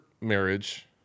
marriage